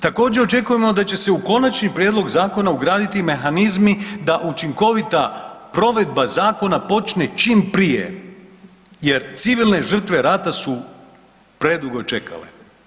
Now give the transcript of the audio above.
Također očekujemo da će se u konačni prijedlog zakona ugraditi mehanizmi da učinkovita provedba zakona, počne čim prije jer civilne žrtve rata su predugo čekale.